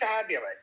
fabulous